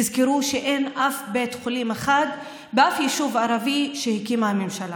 תזכרו שאין אף בית חולים אחד בשום יישוב ערבי שהקימה הממשלה,